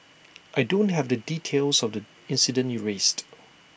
I don't have the details of the incident you raised